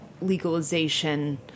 legalization